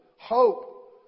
Hope